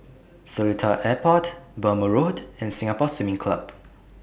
Seletar Airport Burmah Road and Singapore Swimming Club